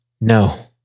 No